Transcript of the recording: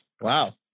wow